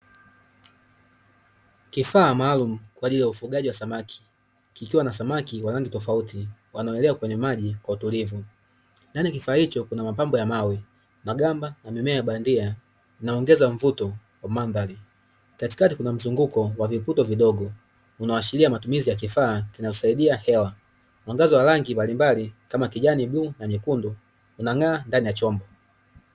Kifaa maalumu kwa ajili ya ufugaji wa samaki, kikiwa na samaki wa rangi tofauti, wanaoelea kwenye maji kwa utulivu. Ndani ya kifaa hiko kuna mapambo ya mawe, magamba na mimea bandia inayoongeza mvuto wa mandhari. Katikati kuna mzunguko wa viputo vidogo, unaoashiria matumizi ya kifaa kinachosaidia hewa. Mwangaza wa rangi mbalimbali kama kijani, bluu na nyekundu unang'aa ndani ya chombo.